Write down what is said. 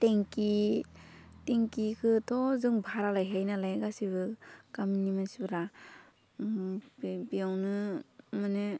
थेंखि थेंखिखोथ' जों भारा लायखायो नालाय गासिबो गामिनि मानसिफोरा उम बे बेयावनो माने